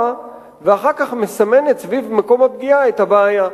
ואחר כך מסמנת סביב מקום הפגיעה את הבעיה.